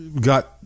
got